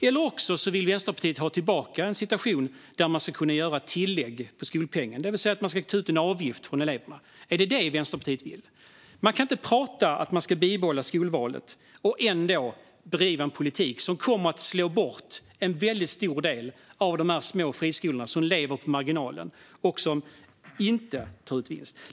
Eller vill Vänsterpartiet ha tillbaka en situation där man ska kunna göra tillägg på skolpengen, det vill säga att man ska ta ut en avgift från eleverna? Är det detta Vänsterpartiet vill? Man kan inte prata om att man ska bibehålla skolvalet och ändå bedriva en politik som kommer att slå bort en väldigt stor del av de små friskolorna som lever på marginalen och som inte tar ut vinst.